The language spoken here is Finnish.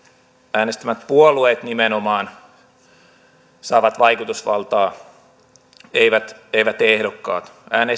äänestämät nimenomaan puolueet saavat vaikutusvaltaa eivät eivät ehdokkaat